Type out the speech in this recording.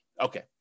Okay